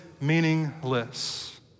meaningless